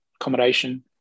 accommodation